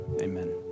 amen